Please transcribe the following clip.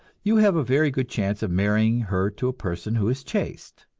you have a very good chance of marrying her to a person who is chaste.